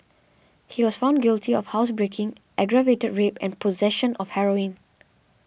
he was found guilty of housebreaking aggravated rape and possession of heroin